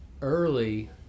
Early